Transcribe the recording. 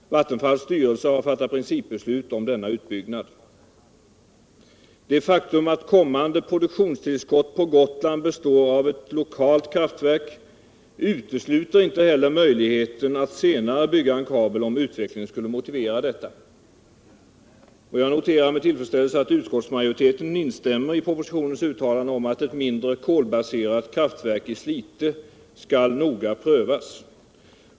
Vattenfalls styrelse har fattat principbeslut om denna utbyggnad. Det faktum att kommande produktionstillskott på Gotland består i ett lokalt kraftverk utesluter inte heller möjligheten att senare bygga en kabel om utvecklingen skulle motivera detta. Jag noterar med tillfredsställelse att utskottsmajoriteten instämmer i propositionens uttalande om att ett mindre, kolbaserat kraftverk i Slite skall noga prövas.